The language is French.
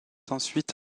ensuite